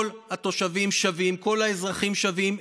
כל התושבים שווים, כל האזרחים שווים.